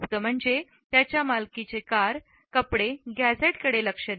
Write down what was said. गुप्त म्हणजे त्याच्या मालकीच्या कार कपडे आणि गॅझेटकडे लक्ष आहे